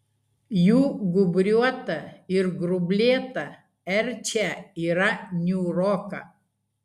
jų gūbriuota ir grublėta erčia yra niūroka